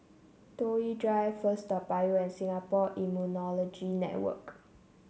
Toh Yi Drive First Toa Payoh and Singapore Immunology Network